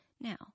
Now